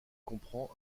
comprend